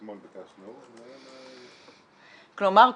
נראה מה -- כלומר,